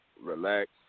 relax